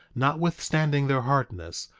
notwithstanding their hardness,